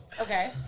Okay